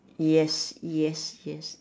yes yes yes